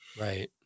right